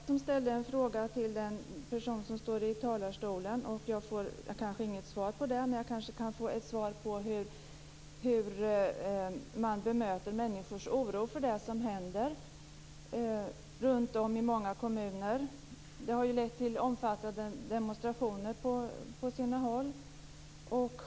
Fru talman! Nu var det jag som ställde en fråga till den person som står i talarstolen men jag får kanske inget svar. Jag kan dock kanske få ett svar på frågan om hur man bemöter människors oro för det som händer runtom i många kommuner. Det har ju på sina håll lett till omfattande demonstrationer.